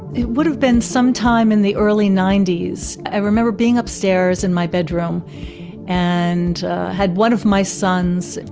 it would have been sometime in the early ninety s. i remember being upstairs in my bedroom and had one of my sons,